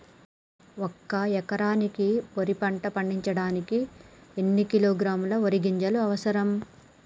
ఒక్క ఎకరా వరి పంట పండించడానికి ఎన్ని కిలోగ్రాముల వరి గింజలు అవసరం?